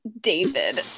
David